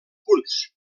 punts